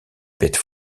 bêtes